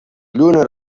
lluna